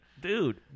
Dude